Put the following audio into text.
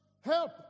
help